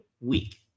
week